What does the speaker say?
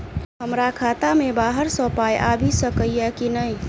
हमरा खाता मे बाहर सऽ पाई आबि सकइय की नहि?